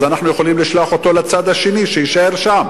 אז אנחנו יכולים לשלוח אותו לצד השני שיישאר שם.